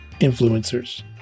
influencers